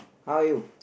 how are you